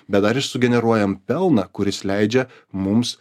bet dar ir sugeneruojam pelną kuris leidžia mums